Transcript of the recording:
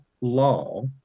law